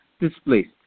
displaced